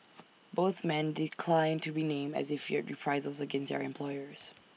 both men declined to be named as they feared reprisals against their employers